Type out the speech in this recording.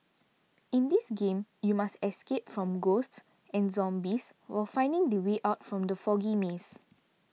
in this game you must escape from ghosts and zombies while finding the way out from the foggy maze